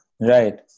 Right